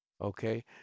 Okay